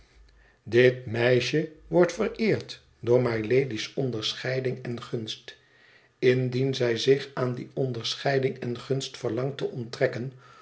dit meisje wordt vereerd door mylady's onderscheiding en gunst indien zij zich aan die onderscheiding en gunst verlangt te onttrekken